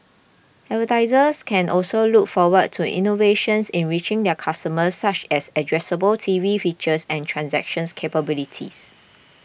advertisers can also look forward to innovations in reaching their customers such as addressable T V features and transactions capabilities